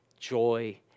joy